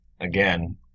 Again